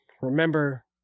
remember